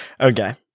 Okay